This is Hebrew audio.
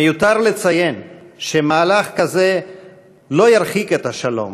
מיותר לציין שמהלך כזה לא ירחיק את השלום,